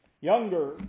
younger